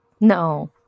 no